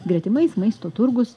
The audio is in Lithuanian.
gretimais maisto turgus